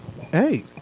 Hey